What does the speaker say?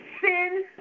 sin